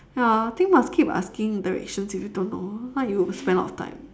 ya I think must keep asking directions if you don't know if not you spend a lot of time